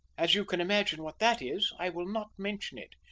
as you can imagine what that is, i will not mention it.